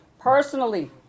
personally